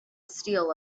steel